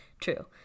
true